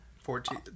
Fourteen